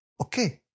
Okay